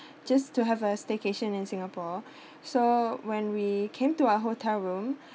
just to have a staycation in singapore so when we came to our hotel room